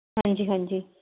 ਹਾਂਜੀ ਹਾਂਜੀ